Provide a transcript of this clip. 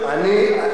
תשמע,